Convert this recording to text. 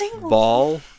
Ball